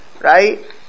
right